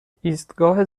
ایستگاه